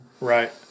Right